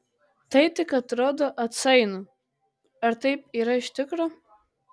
tai tik atrodo atsainu ar taip yra iš tikro